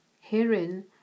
Herein